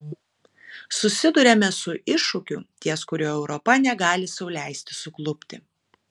susiduriame su iššūkiu ties kuriuo europa negali sau leisti suklupti